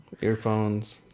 Earphones